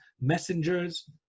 messengers